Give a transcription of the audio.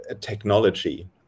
technology